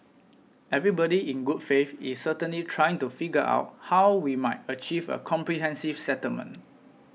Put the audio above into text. everybody in good faith is certainly trying to figure out how we might achieve a comprehensive settlement